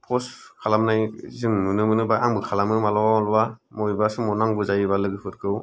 first खालामनाय जों नुनो मोनो बा आंबो खालामो मालाबा मालाबा मबेबा समाव नांगौ जायोबा लोगोफोरखौ